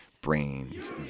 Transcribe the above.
brains